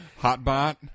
Hotbot